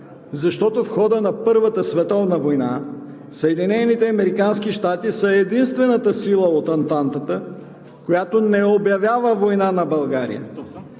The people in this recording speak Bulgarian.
защото в хода на Първата световна война Съединените американски щати са единствената сила от Антантата, която не обявява война на България,